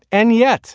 and yet